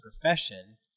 profession